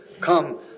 come